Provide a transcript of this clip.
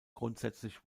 grundsätzlich